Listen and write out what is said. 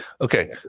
okay